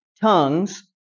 tongues